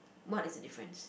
what is the difference